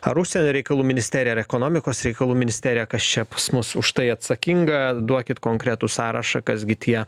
ar užsienio reikalų ministerija ar ekonomikos reikalų ministerija kas čia pas mus už tai atsakinga duokit konkretų sąrašą kas gi tie